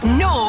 no